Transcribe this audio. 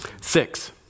Six